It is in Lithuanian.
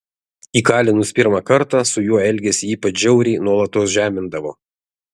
įkalinus pirmą kartą su juo elgėsi ypač žiauriai nuolatos žemindavo